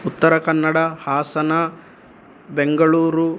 Uttara Kannada Hassan Bengaluru